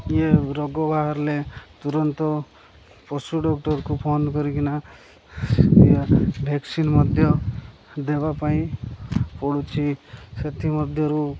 ଇଏ ରୋଗ ବାହାରିଲେ ତୁରନ୍ତ ପଶୁ ଡକ୍ଟରକୁ ଫୋନ କରିକିନା ଇଏ ଭେକ୍ସିନ୍ ମଧ୍ୟ ଦେବା ପାଇଁ ପଡ଼ୁଛି ସେଥିମଧ୍ୟରୁ